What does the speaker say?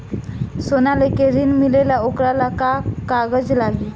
सोना लेके ऋण मिलेला वोकरा ला का कागज लागी?